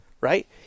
right